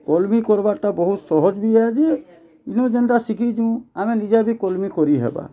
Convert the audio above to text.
କଲ୍ମି କର୍ବାଟା ବହୁତ୍ ସହଜ୍ ବି ଆଏ ଯେ ଇନ ଯେନ୍ତା ଶିଖିଚୁ ଆମେ ନିଜେ ବି କଲ୍ମି କରିହେବା